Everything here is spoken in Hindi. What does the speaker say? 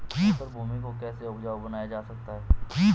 ऊसर भूमि को कैसे उपजाऊ बनाया जा सकता है?